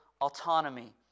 autonomy